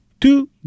two